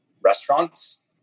restaurants